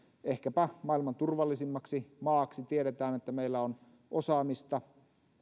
ehkäpä maailman turvallisimmaksi maaksi ja tiedetään että meillä on osaamista